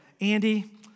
Andy